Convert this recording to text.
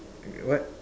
what